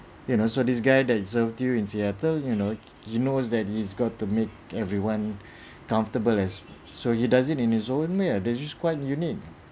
you know so this guy that he served you in seattle you know he knows that he's got to make everyone comfortable as so he does it in his own way lah that is quite unique